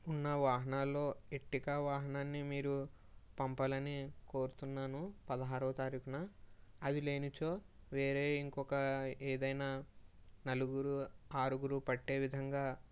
ఉన్న వాహనాల్లో ఎర్టికా వాహనాన్ని మీరు పంపాలని కోరుతున్నాను పదహారోవ తారీఖున అవి లేనిచో వేరే ఇంకొక ఏదైన నలుగురు ఆరుగురు పట్టే విధంగా